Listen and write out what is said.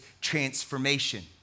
transformation